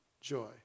joy